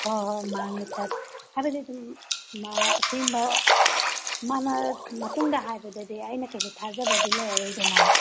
ꯍꯣꯏ ꯍꯣꯏ ꯍꯥꯏꯕꯗꯤ ꯗꯨꯝ ꯑꯁꯦꯡꯕ ꯃꯥꯅ ꯃꯇꯨꯡꯗ ꯍꯥꯏꯕꯗꯗꯤ ꯑꯩꯅ ꯀꯩꯁꯨ ꯊꯥꯖꯕꯗꯤ ꯂꯩꯔꯔꯣꯏꯗꯅ